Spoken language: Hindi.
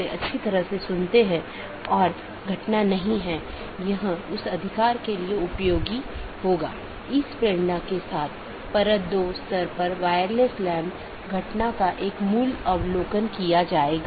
इसका मतलब है कि यह एक प्रशासनिक नियंत्रण में है जैसे आईआईटी खड़गपुर का ऑटॉनमस सिस्टम एक एकल प्रबंधन द्वारा प्रशासित किया जाता है यह एक ऑटॉनमस सिस्टम हो सकती है जिसे आईआईटी खड़गपुर सेल द्वारा प्रबंधित किया जाता है